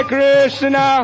Krishna